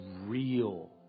real